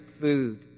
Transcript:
food